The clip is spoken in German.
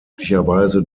üblicherweise